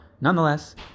nonetheless